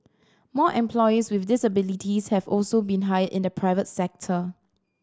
more employees with disabilities have also been hired in the private sector